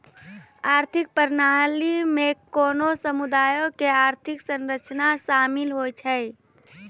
आर्थिक प्रणाली मे कोनो समुदायो के आर्थिक संरचना शामिल होय छै